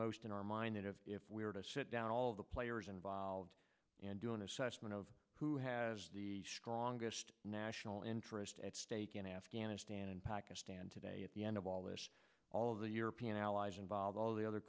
most in our mind of if we were to sit down all the players involved and do an assessment of who has the strongest national interest at stake in afghanistan and pakistan today at the end of all this all of the european allies involved all the other